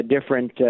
different